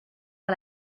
par